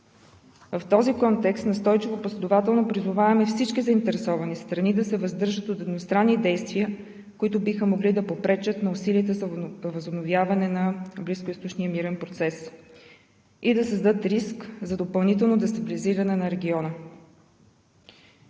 В този контекст настойчиво и последователно призоваваме всички заинтересовани страни да се въздържат от едностранни действия, които биха могли да попречат на усилията за възобновяване на близкоизточния мирен процес и да създадат риск за допълнително дестабилизиране на региона.